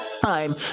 time